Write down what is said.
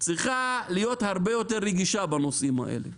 צריכה להיות הרבה יותר רגישה בנושאים האלה.